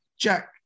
jack